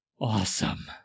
awesome